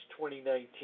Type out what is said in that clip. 2019